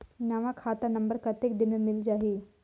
नवा खाता नंबर कतेक दिन मे मिल जाही?